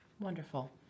Wonderful